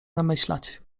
namyślać